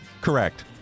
Correct